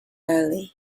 early